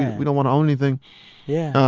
and we don't want to own anything yeah